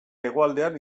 hegoaldean